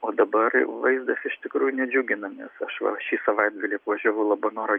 o dabar jau vaizdas iš tikrųjų nedžiugina nes aš va šį savaitgalį apvažiavau labanorą